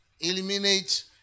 eliminate